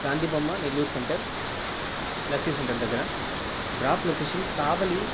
గాంధీ బొమ్మ Nellore centre lassi centre దగ్గర drop location కావలి